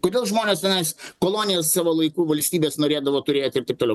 kodėl žmonės tenais kolonijas savo laiku valstybės norėdavo turėti ir taip toliau